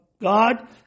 God